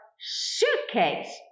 suitcase